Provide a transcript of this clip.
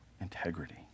integrity